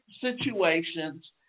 situations